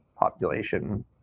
population